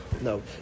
no